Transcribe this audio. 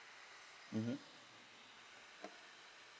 mmhmm